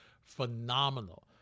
phenomenal